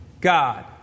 God